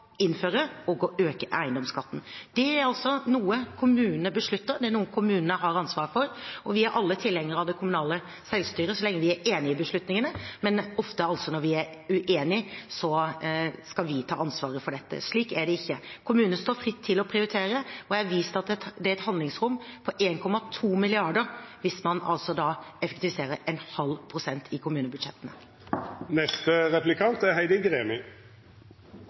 innføre og å øke eiendomsskatten. Det er også noe kommunene beslutter, det er noe kommunene har ansvaret for. Vi er alle tilhengere av det kommunale selvstyret så lenge vi er enig i beslutningene, men når vi er uenig, skal altså vi ta ansvaret for det. Slik er det ikke. Kommunene står fritt til å prioritere, og jeg har vist at det er et handlingsrom på 1,2 mrd. kr hvis man effektiviserer 0,5 pst. i kommunebudsjettene.